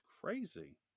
crazy